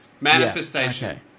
Manifestation